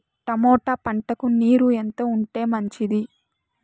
Tomato పంటకు నీరు ఎంత ఉంటే మంచిది?